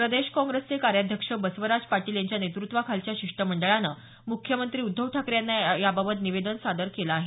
प्रदेश काँग्रेसचे कार्याध्यक्ष बस्वराज पाटील यांच्या नेतृत्वाखालच्या शिष्टमंडळाने मुख्यमंत्री उद्धव ठाकरे यांना याबाबत निवेदन दिलं आहे